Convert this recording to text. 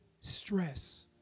Stress